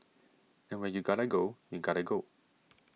and when you gotta go you gotta go